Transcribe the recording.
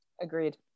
Agreed